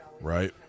Right